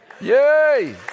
yay